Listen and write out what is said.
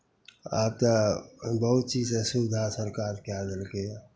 आब तऽ बहुत चीजके सुविधा सरकार कए देलकैए